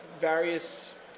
various